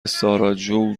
ساراجوو